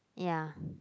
ya